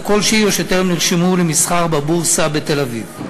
כלשהי או שטרם נרשמו למסחר בבורסה בתל-אביב.